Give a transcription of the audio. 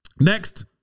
Next